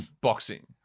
boxing